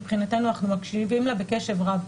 מבחינתנו אנחנו מקשיבים לה בקשב רב.